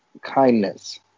kindness